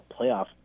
playoff